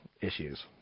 issues